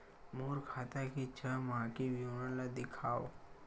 मोर खाता के छः माह के विवरण ल दिखाव?